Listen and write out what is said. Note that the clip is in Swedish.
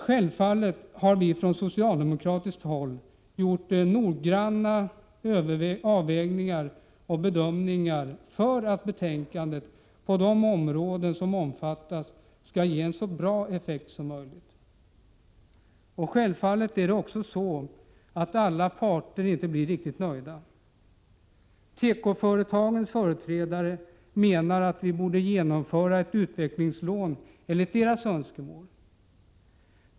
Självfallet har vi från socialdemoraktiskt håll gjort noggranna avvägningar och bedömningar för att betänkandet på de områden som omfattas skall ge en så bra effekt som möjligt. Det är också självklart att alla parter inte blir riktigt nöjda. Tekoföretagens företrädare menar att ett utvecklingslån borde genomföras enligt deras önskemål.